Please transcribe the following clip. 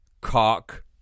cock